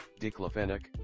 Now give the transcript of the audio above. Diclofenac